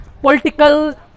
political